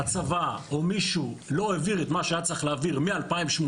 שהצבא או מישהו לא העביר את מה שהיה צריך להעביר מ-2018,